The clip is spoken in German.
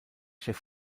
chef